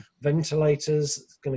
ventilators